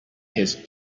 his